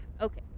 okay